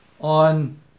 on